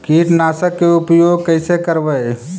कीटनाशक के उपयोग कैसे करबइ?